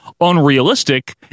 unrealistic